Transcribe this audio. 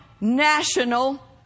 national